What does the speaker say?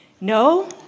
No